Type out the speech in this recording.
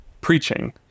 preaching